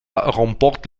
remporte